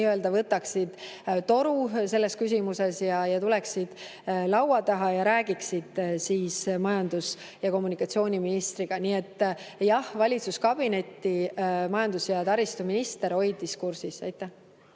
nii-öelda võtaksid toru, tuleksid laua taha ja räägiksid majandus- ja kommunikatsiooniministriga. Nii et jah, valitsuskabinetti majandus- ja taristuminister hoidis kursis. Aitäh!